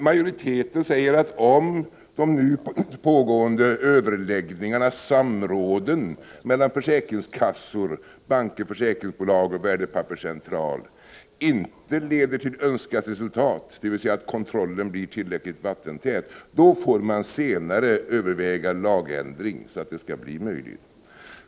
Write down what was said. Majoriteten säger, att om de nu pågående överläggningarna — samråden mellan försäkringskassor, banker, försäkringsbolag och Värdepapperscentralen — inte leder till önskat resultat, dvs. att kontrollen blir tillräckligt vattentät, får man senare överväga lagändring, så att detta skall bli möjligt.